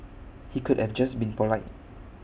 he could have just been polite